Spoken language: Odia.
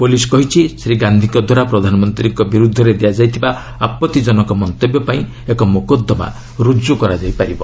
ପୁଲିସ୍ କହିଛି ଶ୍ରୀ ଗାନ୍ଧିଙ୍କଦ୍ୱାରା ପ୍ରଧାନମନ୍ତ୍ରୀଙ୍କ ବିର୍ଦ୍ଧରେ ଦିଆଯାଇଥିବା ଆପଭିଜନକ ମନ୍ତବ୍ୟ ପାଇଁ ଏକ ମୋକଦ୍ଦମା ରୁଜୁ କରାଯାଇପାରିବ